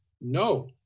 No